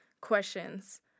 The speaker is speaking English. questions